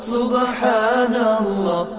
Subhanallah